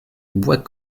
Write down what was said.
bois